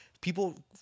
people